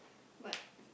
but